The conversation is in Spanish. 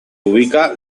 ubica